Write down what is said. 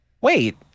wait